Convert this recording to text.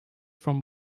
from